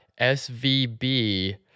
SVB